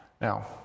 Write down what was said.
Now